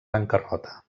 bancarrota